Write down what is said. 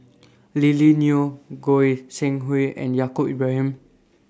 Lily Neo Goi Seng Hui and Yaacob Ibrahim